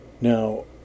Now